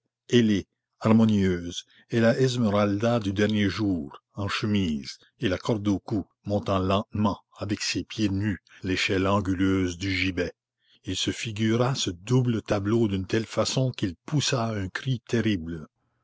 harmonieuse et la esmeralda du dernier jour en chemise et la corde au cou montant lentement avec ses pieds nus l'échelle anguleuse du gibet il se figura ce double tableau d'une telle façon qu'il poussa un cri terrible